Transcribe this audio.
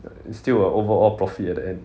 it's still a overall profit at the end